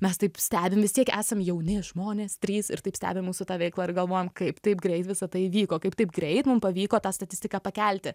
mes taip stebim vis tiek esam jauni žmonės trys ir taip stebi mūsų tą veiklą ir galvojam kaip taip greit visa tai įvyko kaip taip greit mum pavyko tą statistiką pakelti